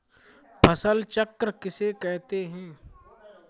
फसल चक्र किसे कहते हैं?